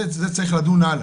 זה צריך לדון הלאה.